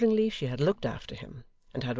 accordingly, she had looked after him,